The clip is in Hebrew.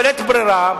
בלית ברירה,